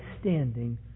standing